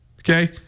okay